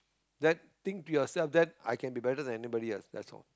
that think to yourself that I can be better than anybody else that's all